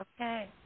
Okay